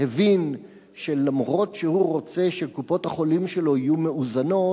הבין שלמרות שהוא רוצה שקופות-החולים שלו יהיו מאוזנות,